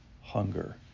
hunger